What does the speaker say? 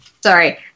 Sorry